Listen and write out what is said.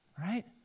right